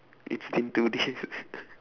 it's been two days